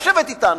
לשבת אתנו,